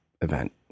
event